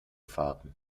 fahren